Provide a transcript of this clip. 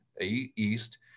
East